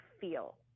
feel